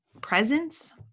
presence